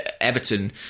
Everton